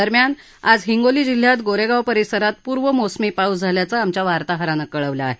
दरम्यान आज हिंगोली जिल्ह्यात गोरेगांव परिसरात पूर्वमोसमी पाऊस झाल्याचं आमच्या वार्ताहरानं कळवलं आहे